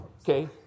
okay